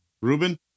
Ruben